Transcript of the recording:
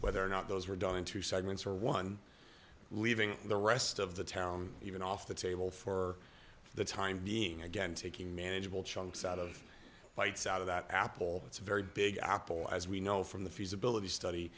whether or not those were done in two segments or one leaving the rest of the town even off the table for the time being again taking manageable chunks out of bites out of that apple it's a very big apple as we know from the feasibility study